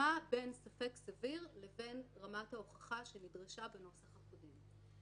מה בין "ספק סביר" לבין רמת ההוכחה שנדרשה בנוסח הקודם.